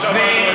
טעית.